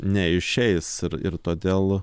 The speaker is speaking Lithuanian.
neišeis ir ir todėl